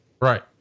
Right